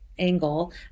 Angle